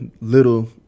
little